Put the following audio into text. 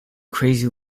crazy